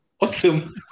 awesome